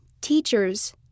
Teachers